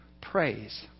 praise